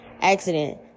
accident